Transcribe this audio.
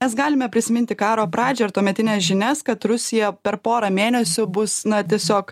mes galime prisiminti karo pradžią ir tuometines žinias kad rusija per porą mėnesių bus na tiesiog